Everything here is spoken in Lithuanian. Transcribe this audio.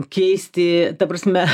keisti ta prasme